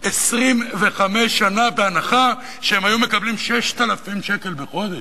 25 שנה, בהנחה שהם היו מקבלים 6,000 שקל בחודש,